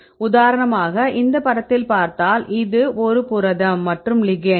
உதாரணமாக இந்த படத்தில் பார்த்தால் இது புரதம் மற்றும் லிகெெண்ட் ligand